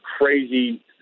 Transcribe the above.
crazy